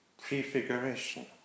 prefiguration